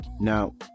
Now